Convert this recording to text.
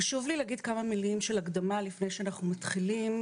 חשוב לי להגיד כמה מילים של הקדמה לפני שאנחנו מתחילים,